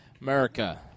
America